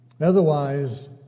Otherwise